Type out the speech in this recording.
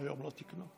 היום לא תיקנו?